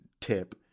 tip